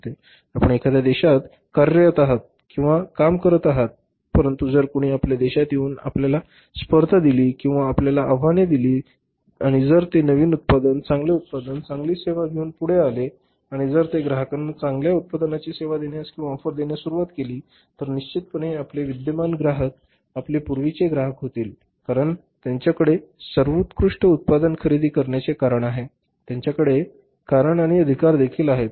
आपण एखाद्या देशात कार्यरत आहात किंवा काम करत आहात परंतु जर कोणी आपल्या देशात येऊन आपल्याला स्पर्धा दिली किंवा आपल्याला आव्हान दिले आणि जर ते नवीन उत्पादन चांगले उत्पादन चांगली सेवा घेऊन पुढे आले आणि जर ते ग्राहकांना चांगल्या उत्पादनांची सेवा देण्यास किंवा ऑफर देण्यास सुरुवात केली तर निश्चितपणे आपले विद्यमान ग्राहक आपले पूर्वीचे ग्राहक होतील कारण त्यांच्याकडे सर्वोत्कृष्ट उत्पादन खरेदी करण्याचे कारण आहे त्यांच्याकडे कारण आणि अधिकार देखील आहे